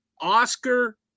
Oscar